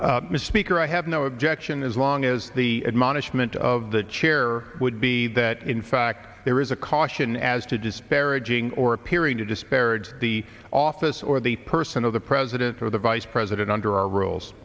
objection misspeak or i have no objection as long as the admonishment of the chair would be that in fact there is a caution as to disparaging or appearing to disparage the office or the person of the president or the vice president under our rules